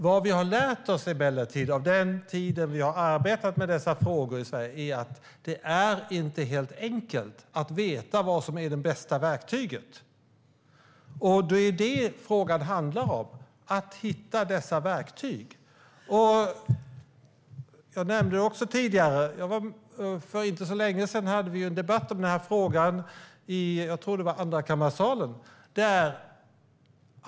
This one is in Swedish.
Vad vi emellertid har lärt oss under den tid som vi har arbetat med dessa frågor i Sverige är att det inte är helt enkelt att veta vad som är de bästa verktygen. Det är detta som frågan handlar om, det vill säga att hitta dessa verktyg. Jag nämnde tidigare att vi för inte så länge sedan hade en debatt om denna fråga i Andrakammarsalen, tror jag.